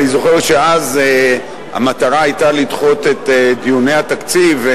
אני זוכר שאז המטרה היתה לדחות את דיוני התקציב.